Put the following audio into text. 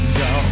go